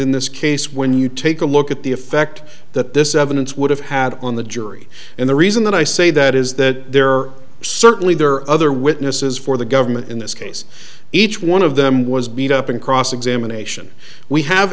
in this case when you take a look at the effect that this evidence would have had on the jury and the reason that i say that is that there are certainly there are other witnesses for the government in this case each one of them was beat up in cross examination we